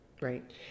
Right